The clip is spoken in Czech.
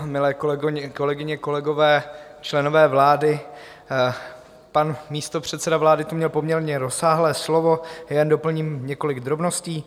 Milé kolegyně, kolegové, členové vlády, pan místopředseda vlády tu měl poměrně rozsáhlé slovo, já jen doplním několik drobností.